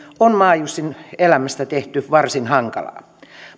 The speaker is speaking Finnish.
on maajussin elämästä tehty varsin hankalaa